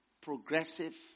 progressive